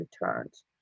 returns